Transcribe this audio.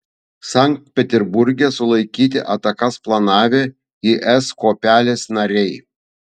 sankt peterburge sulaikyti atakas planavę is kuopelės nariai